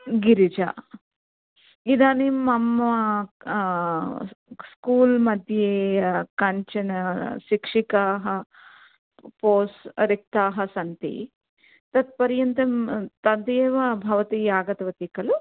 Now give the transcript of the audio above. गिरिजा इदानीं मम स्कूल् मध्ये कानिचन शिक्षिकाः पोस्ट् रिक्ताः सन्ति तत्पर्यन्तं तदेव भवती आगतवती खलु